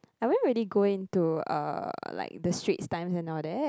I wouldn't really go into uh like the Straits Times and all that